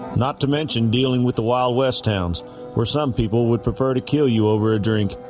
not to mention dealing with the wild west towns where some people would prefer to kill you over a drink,